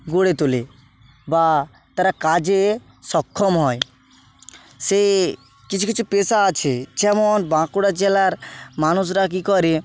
গড়ে তোলে বা তারা কাজে সক্ষম হয় সে কিছু কিছু পেশা আছে যেমন বাঁকুড়া জেলার মানুষরা কী করে